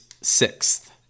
sixth